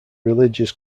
religious